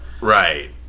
Right